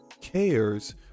cares